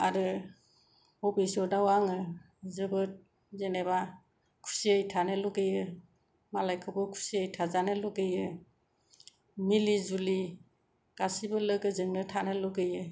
आरो बभिस्व'तआव आङो जोबोद जेनेबा खुसियै थानो लुगैयो मालायखौबो खुसियै थाजानो लुगैयो मिलि जुलि गासैबो लोगोजोंनो थानो लुगैयो